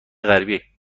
غربی